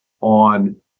on